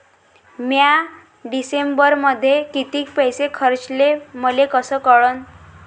म्या डिसेंबरमध्ये कितीक पैसे खर्चले मले कस कळन?